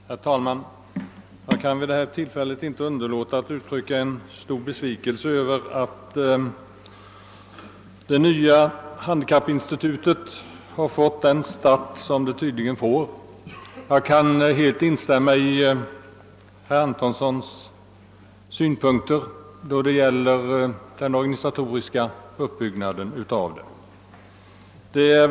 Herr talman! Jag kan vid detta tillfälle inte underlåta att uttrycka besvikelse över att det nya handikappinstitutet får den start som tydligen blir fallet. Jag kan helt instämma i herr Antonssons synpunkter då det gäller den organisatoriska uppbyggnaden av detta institut.